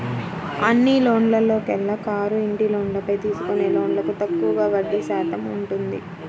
అన్ని లోన్లలోకెల్లా కారు, ఇంటి లోన్లపై తీసుకునే లోన్లకు తక్కువగా వడ్డీ శాతం ఉంటుంది